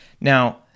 Now